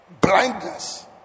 Blindness